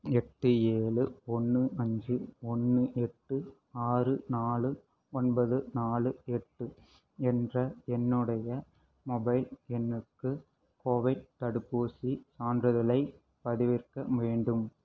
எட்டு ஏழு ஒன்று அஞ்சு ஒன்று எட்டு ஆறு நாலு ஒன்பது நாலு எட்டு என்ற என்னுடைய மொபைல் எண்ணுக்கு கோவைட் தடுப்பூசிச் சான்றிதழைப் பதிவிறக்க வேண்டும்